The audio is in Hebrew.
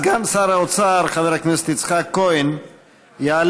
סגן שר האוצר חבר הכנסת יצחק כהן יעלה